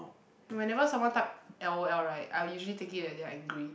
whenever someone type l_o_l right I will usually take it as they're angry